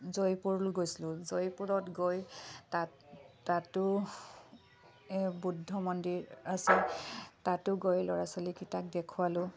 জয়পুৰলৈ গৈছিলোঁ জয়পুৰত গৈ তাত তাতো এই বুদ্ধ মন্দিৰ আছে তাতো গৈ ল'ৰা ছোৱালীকেইটাক দেখুৱালোঁ